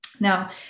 Now